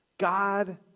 God